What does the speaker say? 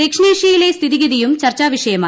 ദക്ഷിണേഷ്യയിലെ സ്ഥിതിഗതിയും ചർച്ചാ വിഷയമായി